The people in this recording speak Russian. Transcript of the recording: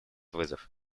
вызов